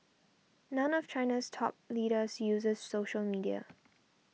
none of China's top leaders uses social media